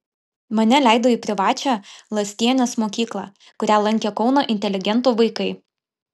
mane leido į privačią lastienės mokyklą kurią lankė kauno inteligentų vaikai